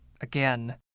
Again